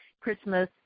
Christmas